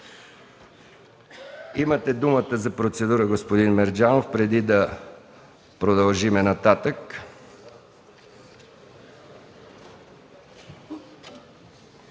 Имате думата за процедура, господин Мерджанов, преди да продължим нататък.